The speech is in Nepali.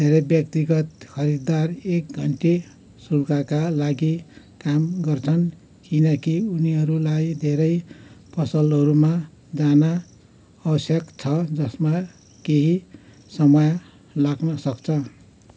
धेरै व्यक्तिगत खरिदार एक घन्टे शुल्कका लागि काम गर्छन् किनकि उनीहरूलाई धेरै पसलहरूमा जान आवश्यक छ जसमा केही समय लाग्न सक्छ